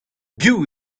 biv